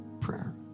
Prayer